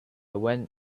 went